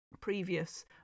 previous